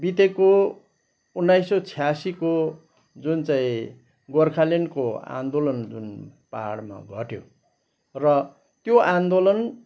बितेको उन्नाइस सय छ्यासीको जुन चाहिँ गोर्खाल्यान्डको आन्दोलन जुन पाहाडमा घट्यो र त्यो आन्दोलन